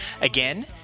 Again